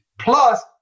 Plus